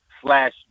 slash